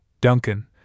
Duncan